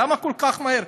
למה כל כך מהר?